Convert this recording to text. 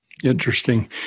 Interesting